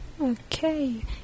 Okay